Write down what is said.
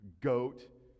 goat